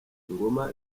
ngoma